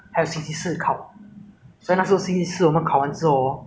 ah paya lebar 你懂那个新开的 mall 那个 paya lebar quarters